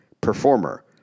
performer